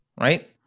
Right